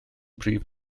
prif